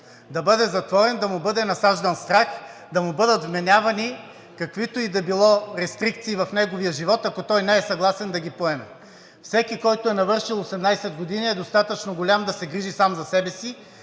да бъде затворен, да му бъде насаждан страх, да бъдат вменявани каквито и да било рестрикции в живота му, ако той не е съгласен да ги поеме. Всеки, който е навършил 18 години, е достатъчно голям да се грижи сам за себе си